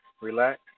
Relax